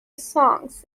songs